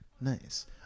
Nice